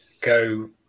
go